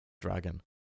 Dragon